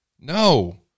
No